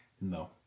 No